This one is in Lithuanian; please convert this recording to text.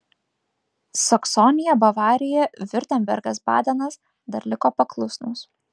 saksonija bavarija viurtembergas badenas dar liko paklusnūs